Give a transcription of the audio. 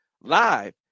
live